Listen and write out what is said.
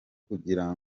kugira